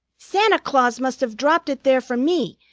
santa claus must have dropped it there for me,